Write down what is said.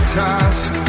task